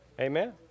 Amen